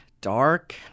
dark